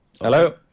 Hello